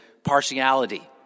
partiality